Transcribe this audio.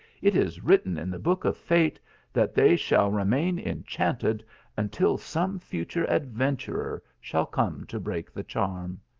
it is written in the book of fate that they shall remain enchanted until some future adventurer shall come to break the charm.